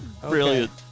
Brilliant